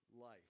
life